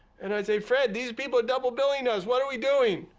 and i'd say, fred, these people are double billing us. what are we doing